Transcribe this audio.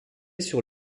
sur